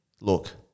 look